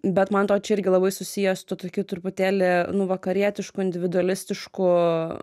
bet man atrodo čia irgi labai susiję su tuo tokiu truputėlį nu vakarietišku individualistišku